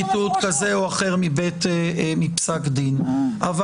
אחר מפסק דין -- בשביל מה צריך?